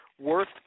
worth